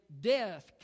death